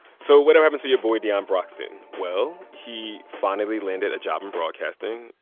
so what ever happened to your boy deion broxton? well, he finally landed a job in broadcasting.